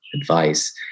advice